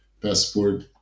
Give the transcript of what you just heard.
passport